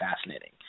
fascinating